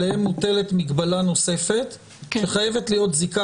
עליהן מוטלת מגבלה נוספת שחייבת להיות זיקה